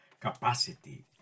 capacity